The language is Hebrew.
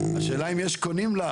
השאלה אם יש קונים?